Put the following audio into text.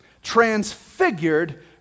transfigured